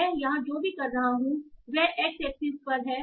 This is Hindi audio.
मैं यहां जो भी कर रहा हूँ वह x एक्सिस पर है